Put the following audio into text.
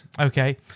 Okay